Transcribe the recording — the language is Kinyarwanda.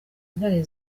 ntare